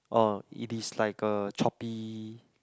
orh it is like a choppy